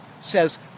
says